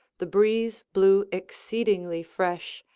the breeze blew exceedingly fresh,